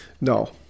No